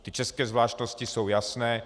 Ty české zvláštnosti jsou jasné.